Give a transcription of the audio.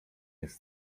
jest